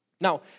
Now